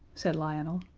said lionel.